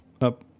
Up